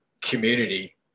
community